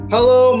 Hello